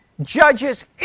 judges